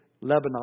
Lebanon